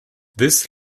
this